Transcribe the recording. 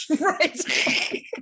right